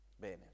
Bene